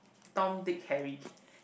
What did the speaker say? Tom Dick Harry